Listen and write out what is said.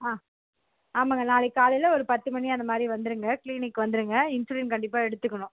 ஆ ஆமாங்க நாளைக்கு காலையில் ஒரு பத்து மணி அந்த மாதிரி வந்துடுங்க கிளீனிக் வந்துடுங்க இன்சுலின் கண்டிப்பாக எடுத்துக்கணும்